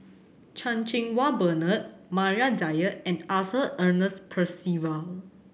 Chan Cheng Wah Bernard Maria Dyer and Arthur Ernest Percival